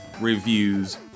Reviews